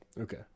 Okay